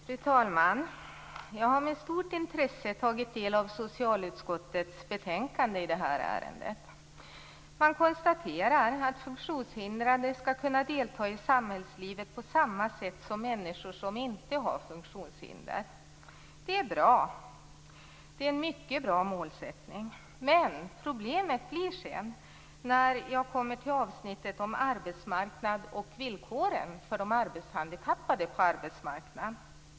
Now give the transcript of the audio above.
Fru talman! Jag har med stort intresse tagit del av socialutskottets betänkande i det här ärendet. Man konstaterar att funktionshindrade skall kunna delta i samhällslivet på samma sätt som människor som inte har funktionshinder. Det är bra. Det är en mycket bra målsättning. Men när jag kommer till avsnittet om arbetsmarknaden och villkoren för de arbetshandikappade på arbetsmarknaden blir det problem.